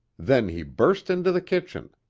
then he burst into the kitchen.